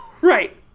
Right